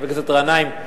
חבר הכנסת גנאים,